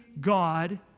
God